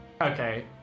Okay